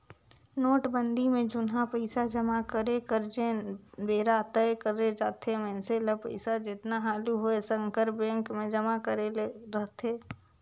नोटबंदी में जुनहा पइसा जमा करे कर जेन बेरा तय करे जाथे मइनसे ल पइसा जेतना हालु होए सकर बेंक में जमा करे ले रहथे